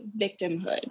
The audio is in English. victimhood